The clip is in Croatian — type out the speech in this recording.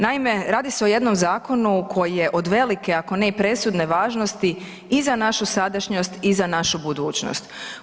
Naime, radi se o jednom zakonu koji je od velike, ako ne i presudne važnosti i za našu sadašnjost i za našu budućnost.